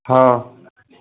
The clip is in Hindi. हाँ